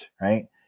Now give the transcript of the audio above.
right